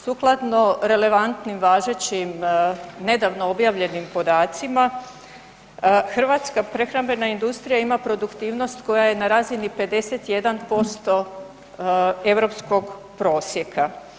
Sukladno relevantnim, važećim, nedavno objavljenim podacima hrvatska prehrambena industrija ima produktivnost koja je na razini 51% europskog prosjeka.